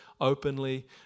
openly